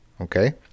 Okay